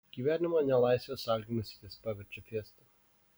gyvenimą nelaisvės sąlygomis jis paverčia fiesta